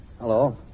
Hello